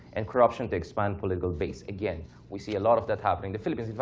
and corruption to expand political base. again, we see a lot of that happening. the philippines yeah